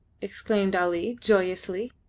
exclaimed ali, joyously.